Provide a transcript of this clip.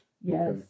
Yes